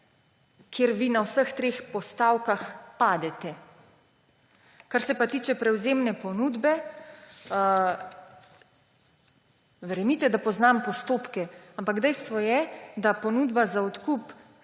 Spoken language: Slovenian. kjer vi, na vseh treh postavkah, padete. Kar se pa tiče prevzemne ponudbe. Verjemite, da poznam postopke, ampak dejstvo je, da ponudba za odkup